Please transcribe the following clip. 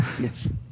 Yes